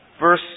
verse